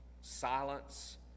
Silence